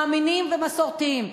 מאמינים ומסורתיים.